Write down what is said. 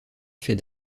fait